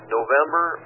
November